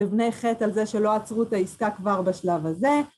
בבני חטא על זה שלא עצרו את העסקה כבר בשלב הזה.